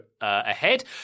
ahead